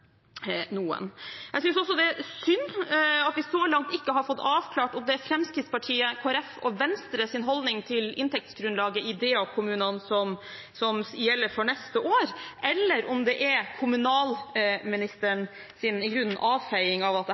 noen. Jeg synes også det er synd at vi så langt ikke har fått avklart om det er Fremskrittspartiets, Kristelig Folkepartis og Venstres holdning til inntektsgrunnlaget i DA-kommunene som gjelder for neste år, eller om det er kommunalministerens i grunnen avfeiing av at dette i det